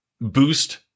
boost